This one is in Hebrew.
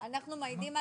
אנחנו מעידים עליך...